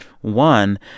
One